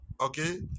Okay